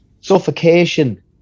Suffocation